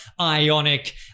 Ionic